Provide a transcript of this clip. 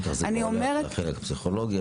אחר כך זה הולך כבר לפסיכולוגיה,